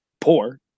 poor